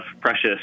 precious